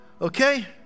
okay